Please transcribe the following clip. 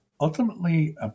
ultimately